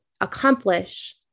accomplish